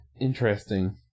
interesting